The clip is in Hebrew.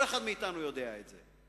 כל אחד מאתנו יודע את זה.